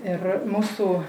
ir mūsų